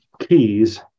Keys